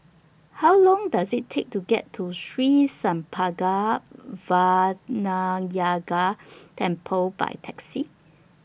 How Long Does IT Take to get to Sri Senpaga Vinayagar Temple By Taxi